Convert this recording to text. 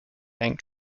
bank